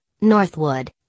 Northwood